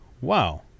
wow